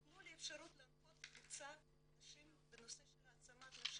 תנו לי אפשרות להנחות קבוצה לנשים בנושא של העצמת נשים